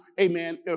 amen